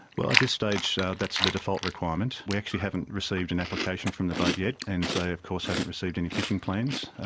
well, at this stage so that's the default requirement. we actually haven't received an application from the boat yet and so of course haven't received any fishing plans.